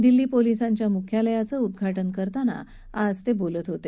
दिल्ली पोलिसांच्या मुख्यालयाचं उद्धाटन करताना आज ते बोलत होते